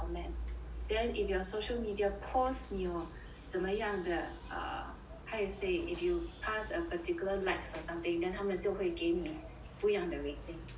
then if your social media posts 你有怎么样的 ah how you say if you pass a particular likes or something then 他们就会给你不一样的 rating